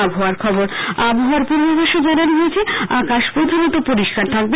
আবহাওয়া আবহাওয়ার পূর্বাভাসে জানানো হয়েছে আকাশ প্রধানত পরিষ্কার থাকবে